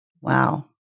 Wow